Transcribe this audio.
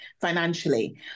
financially